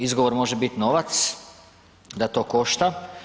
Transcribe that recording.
Izgovor može biti novac da to košta.